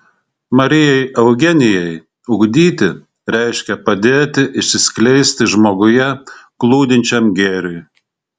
marijai eugenijai ugdyti reiškia padėti išsiskleisti žmoguje glūdinčiam gėriui